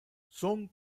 son